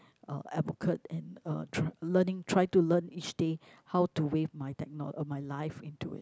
uh advocate and uh tr~ learning try to learn each day how to wave my techno~ my life into it